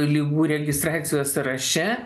ligų registracijos sąraše